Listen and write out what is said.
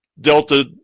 delta